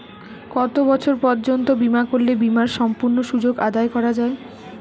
কত বছর পর্যন্ত বিমা করলে বিমার সম্পূর্ণ সুযোগ আদায় করা য়ায়?